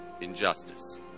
injustice